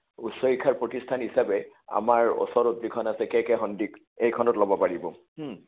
উচ্চ শিক্ষাৰ প্ৰতিস্থান হিচাপে আমাৰ ওচৰত যিখন আছে কে কে সন্দিকৈ এইখনত ল'ব পাৰিব